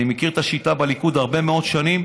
אני מכיר השיטה בליכוד הרבה מאוד שנים,